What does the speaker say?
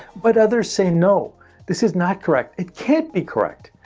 but others say, no this is not correct. it can't be correct.